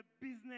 business